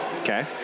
Okay